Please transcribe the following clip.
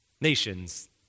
nations